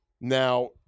Now